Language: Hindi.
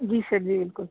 जी सर जी बिल्कुल